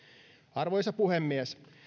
arvoisa puhemies